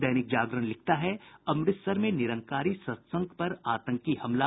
दैनिक जागरण लिखता है अमृतसर में निरंकारी सत्संग पर आतंकी हमला